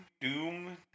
doom